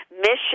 mission